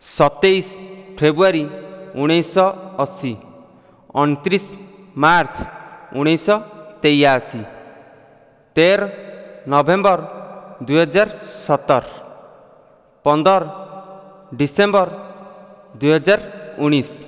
ସତେଇଶ ଫେବୃଆରୀ ଉଣେଇଶହ ଅଶି ଅଣତିରିଶ ମାର୍ଚ୍ଚ ଉଣେଇଶହ ତେୟାସୀ ତେର ନଭେମ୍ବର ଦୁଇ ହଜାର ସତର ପନ୍ଦର ଡିସେମ୍ବର ଦୁଇ ହଜାର ଉଣେଇଶ